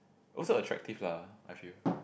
also attractive lah I feel